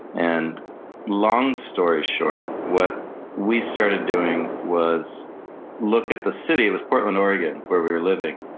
and long story short, what we started doing was look at the city, it was portland, oregon where we were living,